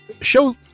show